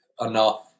enough